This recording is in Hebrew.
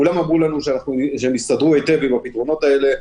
כולם אמרו לנו שהם יסתדרו היטב עם הפתרונות האלה.